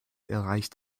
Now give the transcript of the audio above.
erreicht